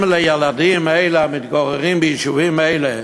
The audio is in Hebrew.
אם לילדים האלה, המתגוררים ביישובים האלה,